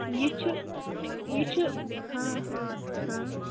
یہِ چھِ یہِ چھِ ہاں ہاں ہاں